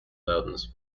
loudness